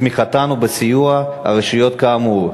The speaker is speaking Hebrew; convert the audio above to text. בתמיכתן ובסיוע הרשויות כאמור.